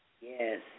Yes